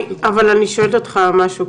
אבל אני שואלת אותך משהו,